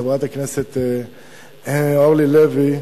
חברת הכנסת אורלי לוי,